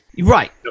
Right